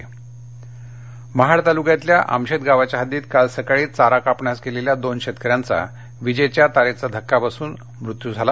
रायगड महाड तालुक्यातल्या आमशेत गावाच्या हद्दीत काल सकाळी चारा कापण्यास गेलेल्या दोन शेतकऱ्यांचा विजेच्या तारेचा धक्का लागून मृत्यू झाला